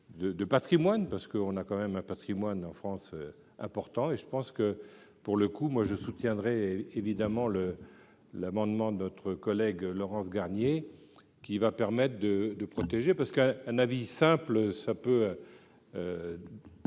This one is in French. de Patrimoine, parce qu'on a quand même un Patrimoine en France important et je pense que pour le coup, moi je soutiendrai évidemment le l'amendement de notre collègue Laurence Garnier qui va permettre de de protéger parce qu'à un avis simple ça peut